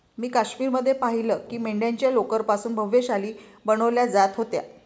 मी काश्मीर मध्ये पाहिलं की मेंढ्यांच्या लोकर पासून भव्य शाली बनवल्या जात होत्या